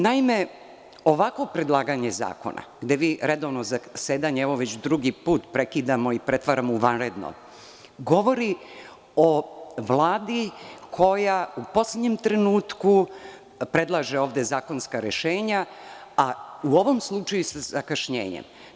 Naime, ovakvo predlaganje zakona, gde redovno zasedanje, već drugi put, prekidamo i pretvaramo u vanredno, govorim o Vladi koja u poslednjem trenutku predlaže zakonska rešenja, a u ovom slučaju sa zakašnjenjem.